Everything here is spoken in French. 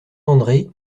andré